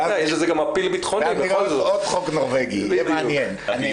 יש לזה גם אפיל ביטחוני בכל זאת.